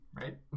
right